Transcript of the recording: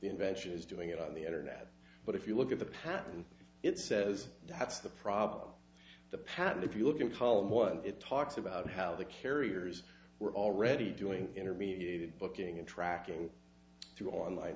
invention is doing it on the internet but if you look at the patent it says that's the problem the patent if you look in column one it talks about how the carriers were already doing intermediated booking and tracking through online